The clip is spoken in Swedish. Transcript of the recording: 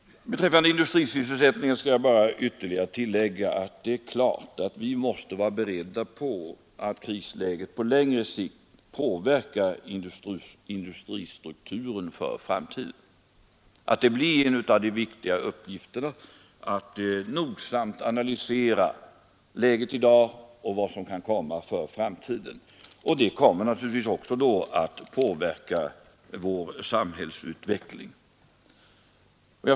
Beträffande industrisysselsättningen skall jag bara ytterligare tillägga att det är klart att vi måste vara beredda på att prisläget på längre sikt påverkar industristrukturen för framtiden och att en av de viktiga uppgifterna blir att nogsamt analysera läget i dag och vad som kan komma för framtiden. Naturligtvis kommer detta då att påverka vår samhällsutveckling.